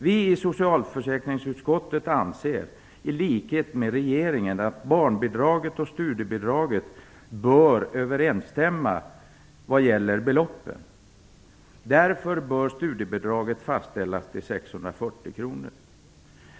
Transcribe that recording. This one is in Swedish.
Vi i socialförsäkringsutskottet anser, i likhet med regeringen, att barnbidraget och studiebidraget bör överensstämma vad gäller beloppen. Därför bör studiebidraget fastställas till 640 kr.